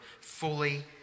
fully